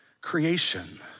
creation